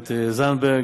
גברת זנדברג.